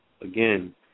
again